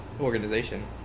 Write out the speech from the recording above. organization